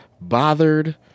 bothered